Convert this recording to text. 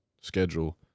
schedule